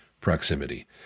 proximity